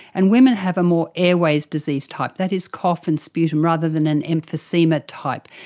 and women have a more airways disease type, that is cough and sputum rather than an emphysema type.